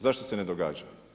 Zašto se ne događa?